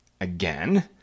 Again